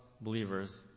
believers